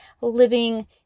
living